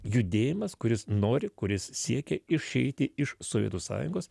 judėjimas kuris nori kuris siekia išeiti iš sovietų sąjungos